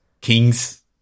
Kings